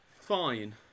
fine